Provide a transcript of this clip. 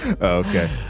Okay